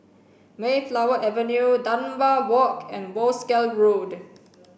Mayflower Avenue Dunbar Walk and Wolskel Road